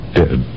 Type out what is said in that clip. dead